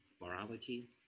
morality